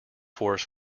forest